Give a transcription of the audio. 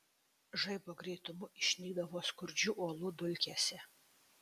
žaibo greitumu išnykdavo skurdžių uolų dulkėse